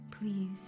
Please